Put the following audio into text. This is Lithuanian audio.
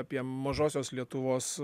apie mažosios lietuvos